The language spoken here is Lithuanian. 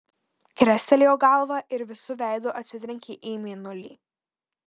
krestelėjo galvą ir visu veidu atsitrenkė į mėnulį